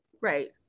Right